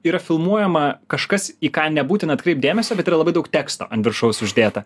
yra filmuojama kažkas į ką nebūtina atkreipt dėmesio bet yra labai daug teksto ant viršaus uždėta